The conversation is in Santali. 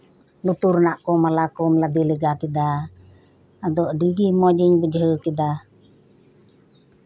ᱞᱩᱛᱩᱨ ᱨᱮᱱᱟᱜ ᱠᱚ ᱢᱟᱞᱟ ᱠᱚᱢ ᱞᱟᱫᱮ ᱞᱮᱜᱟ ᱠᱮᱫᱟ ᱟᱫᱚ ᱟᱹᱰᱤ ᱜᱮ ᱢᱚᱸᱡᱤᱧ ᱵᱩᱡᱷᱟᱹᱣ ᱠᱮᱫᱟ